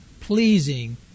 pleasing